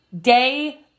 day